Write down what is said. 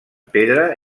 pedra